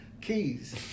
keys